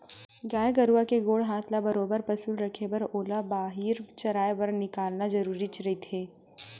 गाय गरुवा के गोड़ हात ल बरोबर पसुल रखे बर ओला बाहिर चराए बर निकालना जरुरीच रहिथे